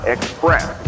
Express